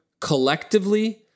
collectively